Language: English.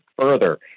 further